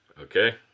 okay